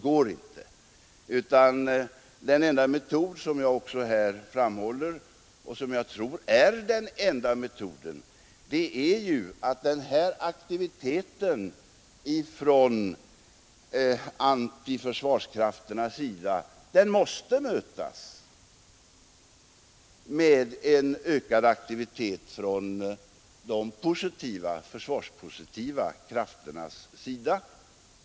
Jag tror, som jag har framhållit, att den enda metoden är att möta den här aktiviteten från antiförsvarskrafternas sida med en ökad aktivitet från de försvarspositiva krafterna.